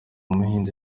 umuhinzi